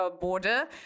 border